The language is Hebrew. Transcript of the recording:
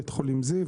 בית חולים זיו.